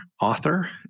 author